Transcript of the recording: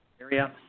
area